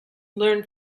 learn